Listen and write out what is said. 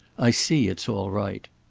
i see it's all right.